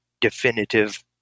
definitive